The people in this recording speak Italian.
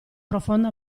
profonda